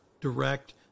direct